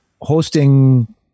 hosting